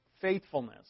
faithfulness